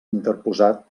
interposat